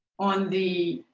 on the